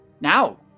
now